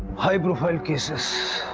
high profile cases.